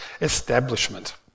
establishment